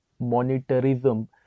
monetarism